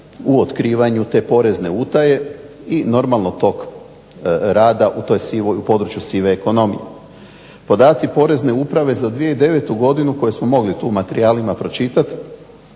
u otkrivanju te porezne utaje i normalno tog rada u području sive ekonomije. Podaci Porezne uprave za 2009. godinu koje smo mogli tu u materijalima pročitati